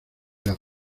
las